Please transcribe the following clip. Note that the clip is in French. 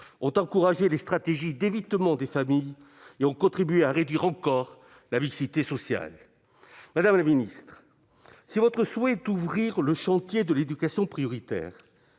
ont encouragé les stratégies d'évitement des familles et ont contribué à réduire encore la mixité sociale. Madame la secrétaire d'État, si votre souhait est d'ouvrir le chantier de l'éducation prioritaire,